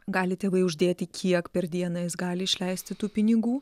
gali tėvai uždėti kiek per dieną jis gali išleisti tų pinigų